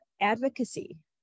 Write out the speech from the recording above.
advocacy